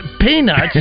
peanuts